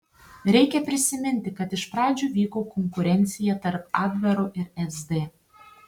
reikia prisiminti kad iš pradžių vyko konkurencija tarp abvero ir sd